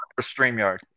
StreamYard